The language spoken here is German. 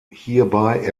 hierbei